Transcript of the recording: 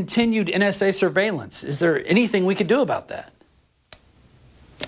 continued n s a surveillance is there anything we could do about that